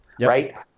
right